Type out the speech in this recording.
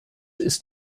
ist